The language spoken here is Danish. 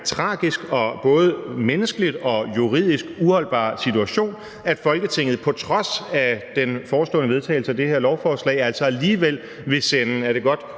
tragisk og både menneskeligt og juridisk uholdbar situation, at Folketinget på trods af den forestående vedtagelse af det her lovforslag altså alligevel vil sende, er det godt